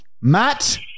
Matt